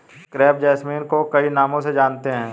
crepe jasmine को कई नामों से जानते हैं